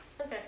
Okay